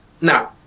Now